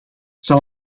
zal